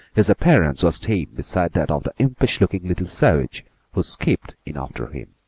his appearance was tame beside that of the impish-looking little savage who skipped in after him,